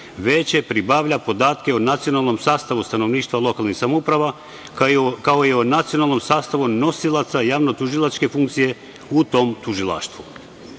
veće pribavlja podatke o nacionalnom sastavu stanovništva lokalnih samouprava, kao i o nacionalnom sastavu nosilaca javnotužilačke funkcije u tom tužilaštvu.